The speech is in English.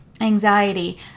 anxiety